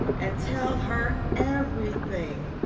and tell her everything.